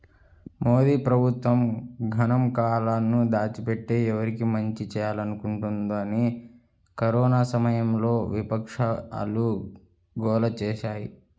మోదీ ప్రభుత్వం గణాంకాలను దాచిపెట్టి, ఎవరికి మంచి చేయాలనుకుంటోందని కరోనా సమయంలో విపక్షాలు గోల చేశాయి